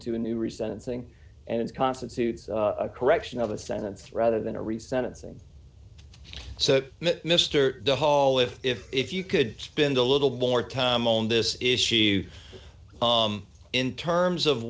to a new recent thing and constitutes a correction of a sentence rather than a re sentencing so mr hall if if if you could spend a little more time on this issue in terms of